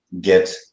get